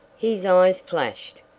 his eyes flashed,